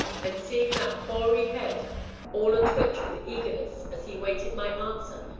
and, seeing that hoary head all a-twitch with eagerness as he waited my answer,